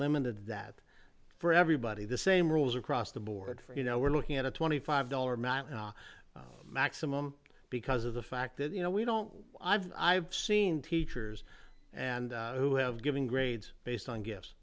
limited that for everybody the same rules across the board for you know we're looking at a twenty five dollars maximum because of the fact that you know we don't i've seen teachers and who have given grades based on gifts